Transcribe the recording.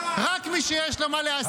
--- רק מי שיש לו מה להסתיר.